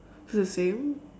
so it's the same